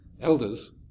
elders